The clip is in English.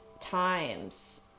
times